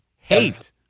Hate